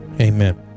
Amen